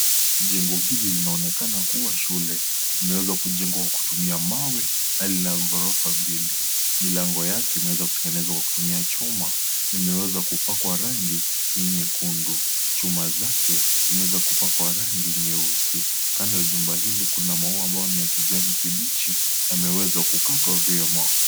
Jengo hili linaonekana kuwa shule, imeweza kujengwa kwa kutumia mawe na lina ghorofa mbili , milango yake imeweza kutengeneza Kwa kutumia chuma na imeweza kupakwa rangi ya nyekundu, chuma zake imeweza kupakwa rangi nyeusi ,Kando ya jumba hili kina maua ambayo ni ya kijani kibichi na imeweza kukatwa vyema.